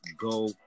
go